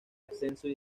ascensos